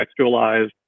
contextualized